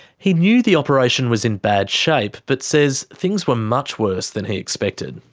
he knew the operation was in bad shape, but says things were much worse than he expected.